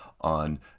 on